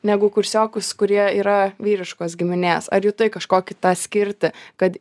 negu kursiokus kurie yra vyriškos giminės ar jutai kažkokį tą skirtį kad